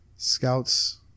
scouts